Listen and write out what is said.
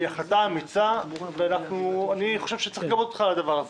זו החלטה אמיצה ואני חושב שצריך לגבות אותך על הדבר הזה.